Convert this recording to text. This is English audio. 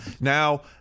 Now